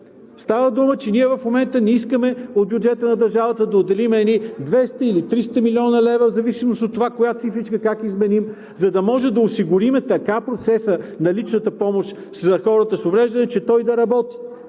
Става дума, че ние в момента не искаме от бюджета на държавата да отделим едни 200 или 300 млн. лв. в зависимост от това коя цифричка как изменим, за да може да осигурим така процеса на личната помощ за хората с увреждания, че той да работи.